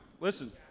Listen